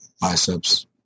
Biceps